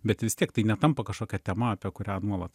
bet vis tiek tai netampa kažkokia tema apie kurią nuolat